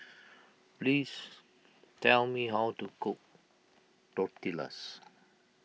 please tell me how to cook Tortillas